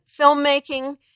filmmaking